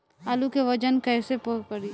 आलू के वजन कैसे करी?